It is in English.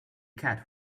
cat